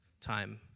time